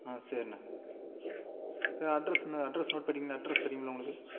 ஆ சேரிண சரி அட்ரஸுண்ண அட்ரஸ் நோட் பண்ணீங்களா அட்ரஸ் தெரியுங்களா உங்களுக்கு